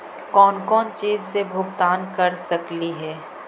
कौन कौन चिज के भुगतान कर सकली हे?